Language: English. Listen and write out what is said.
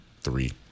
three